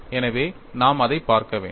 எனவே நாம் அதைப் பார்க்க வேண்டும்